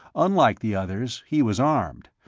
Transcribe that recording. unlike the others, he was armed,